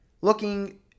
Looking